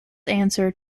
answer